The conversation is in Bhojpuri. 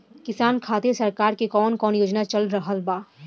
किसान खातिर सरकार क कवन कवन योजना चल रहल बा?